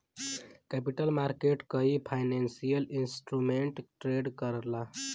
capital market कई financial instrument trade करला